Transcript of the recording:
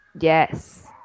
Yes